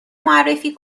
معرفی